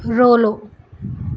రోలో